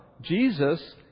Jesus